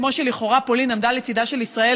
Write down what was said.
כמו שלכאורה פולין עמדה לצידה של ישראל